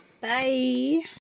bye